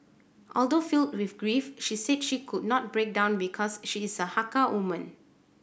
although filled with grief she said she could not break down because she is a Hakka woman